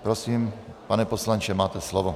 Prosím, pane poslanče, máte slovo.